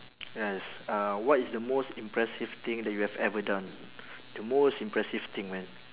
yes uh what is the most impressive thing that you have ever done the most impressive thing man